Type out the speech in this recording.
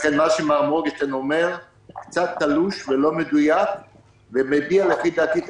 לכן מה שמר מורגנשטרן אומר קצת תלוש ולא מדויק ומביע לפי דעתי את